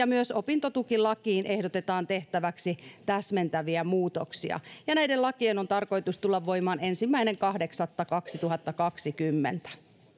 myös opintotukilakiin ehdotetaan tehtäväksi täsmentäviä muutoksia näiden lakien on tarkoitus tulla voimaan ensimmäinen kahdeksatta kaksituhattakaksikymmentä